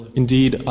indeed